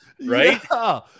right